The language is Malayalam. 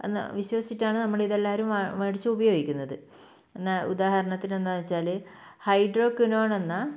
എന്ന വിശ്വസിച്ചിട്ടാണ് നമ്മൾ ഇതെല്ലാവരും മേടിച്ച് ഉപയോഗിക്കുന്നത് എന്ന ഉദാഹരണത്തിന് എന്താണെന്ന് വെച്ചാൽ ഹൈഡ്രോക്വിനോൺ എന്ന